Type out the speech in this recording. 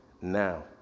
now